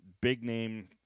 big-name